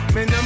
Man